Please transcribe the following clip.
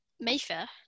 Mayfair